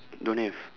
don't have